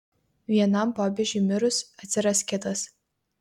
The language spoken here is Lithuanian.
vienam popiežiui mirus atsiras kitas